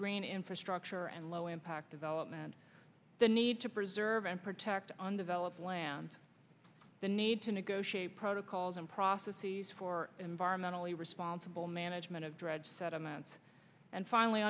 green infrastructure and low impact development the need to preserve and protect undeveloped land the need to negotiate protocols and processes for environmentally responsible management of dredge sediments and finally